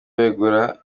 begura